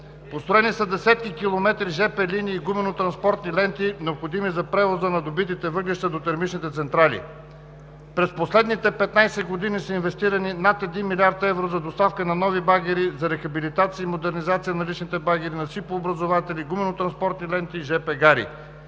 Построени са десетки километри жп линии, гумено-транспортни ленти, необходими за превоза на добитите въглища до термичните централи. През последните 15 години са инвестирани над 1 млрд. евро за доставка на нови багери за рехабилитация и модернизация на наличните багери, насипообразуватели, гумено-транспортни ленти и жп гари.